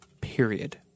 period